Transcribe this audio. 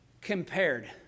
compared